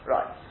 Right